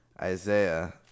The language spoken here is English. Isaiah